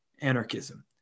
anarchism